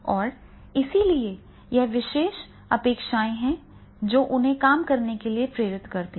और इसलिए ये विशेष अपेक्षाएं हैं जो उन्हें काम करने के लिए प्रेरित करती हैं